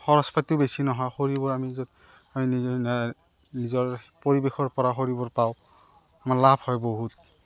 খৰচ পাতিও বেছি নহয় খৰিবোৰ আমি য'ত নিজৰ পৰিৱেশৰ পৰা খৰিবোৰ পাওঁ আমাৰ লাভ হয় বহুত